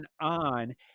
on